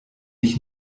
ich